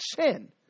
sin